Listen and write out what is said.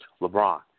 LeBron